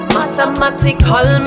mathematical